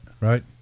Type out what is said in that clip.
Right